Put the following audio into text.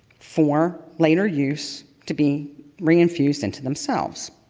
for later use to be reinfused into themselves.